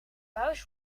buis